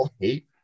hate